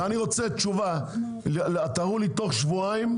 ואני רוצה תשובה תראו לי תוך שבועיים,